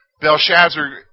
Belshazzar